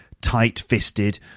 tight-fisted